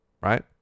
Right